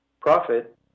Profit